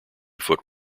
foot